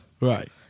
Right